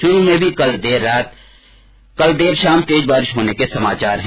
चूरू में भी कल देर शाम तेज बारिश होने के समाचार है